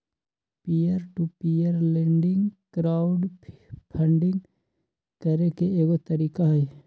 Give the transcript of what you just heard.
peer to peer lending crowd funding करे के एगो तरीका हई